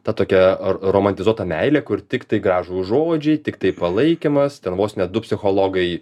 ta tokia romantizuota meilė kur tiktai gražūs žodžiai tiktai palaikymas ten vos ne du psichologai